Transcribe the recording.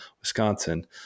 Wisconsin